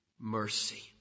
mercy